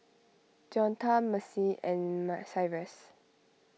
Deonta Macy and Ma Cyrus